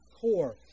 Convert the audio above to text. core